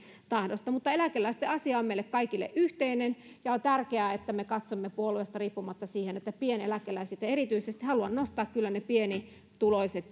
tahdosta mutta eläkeläisten asia on meille kaikille yhteinen ja on tärkeää että me katsomme puolueesta riippumatta pieneläkeläisten etua erityisesti haluan nostaa esiin kyllä ne pienituloiset